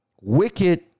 wicked